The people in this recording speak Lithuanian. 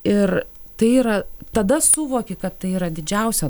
ir tai yra tada suvoki kad tai yra didžiausia